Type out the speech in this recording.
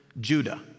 Judah